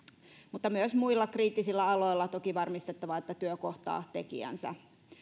mutta myös muilla kriittisillä aloilla toki on varmistettava että työ kohtaa tekijänsä